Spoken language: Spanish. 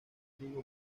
trigo